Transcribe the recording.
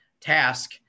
task